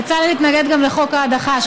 בצלאל התנגד גם לחוק ההדחה,